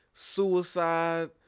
suicide